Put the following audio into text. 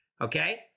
Okay